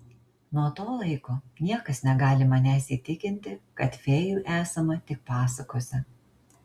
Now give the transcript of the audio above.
nuo to laiko niekas negali manęs įtikinti kad fėjų esama tik pasakose